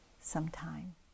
sometime